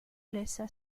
laissa